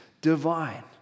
divine